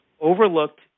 overlooked